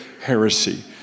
heresy